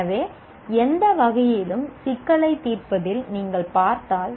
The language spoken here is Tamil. எனவே எந்த வகையிலும் சிக்கலைத் தீர்ப்பதில் நீங்கள் பார்த்தால்